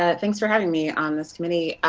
ah thanks for having me on this committee.